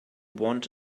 want